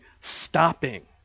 stopping